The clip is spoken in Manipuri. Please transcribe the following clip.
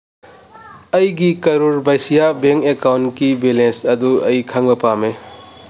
ꯑꯩꯒꯤ ꯀꯔꯣꯔ ꯚꯁꯤꯌꯥ ꯕꯦꯡ ꯑꯦꯀꯥꯎꯟꯀꯤ ꯕꯦꯂꯦꯟꯁ ꯑꯗꯨ ꯑꯩ ꯈꯪꯕ ꯄꯥꯝꯃꯤ